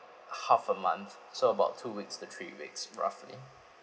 half a month so about two weeks to three weeks roughly